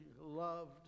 loved